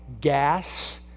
gas